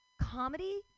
Comedy